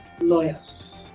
lawyers